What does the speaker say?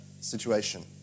situation